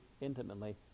intimately